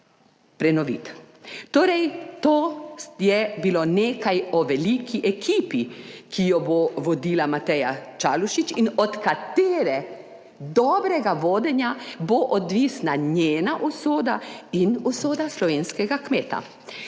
Torej, to je bilo nekaj o veliki ekipi, ki jo bo vodila Mateja Čalušić in od katere dobrega vodenja bo odvisna njena usoda in usoda slovenskega kmeta.